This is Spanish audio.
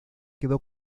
quedó